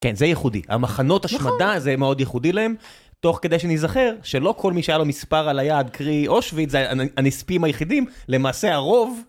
כן, זה ייחודי. המחנות השמדה, זה מאוד ייחודי להם, תוך כדי שניזכר שלא כל מי שיהיה לו מספר על היעד קרי אושוויץ' זה הנספים היחידים, למעשה הרוב...